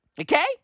Okay